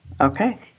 Okay